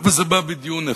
אבל זה בא בדיון אחד.